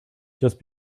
just